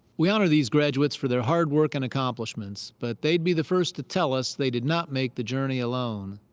we honor these graduates for their hard work and accomplishments, but they'd be the first to tell us they did not make the journey alone.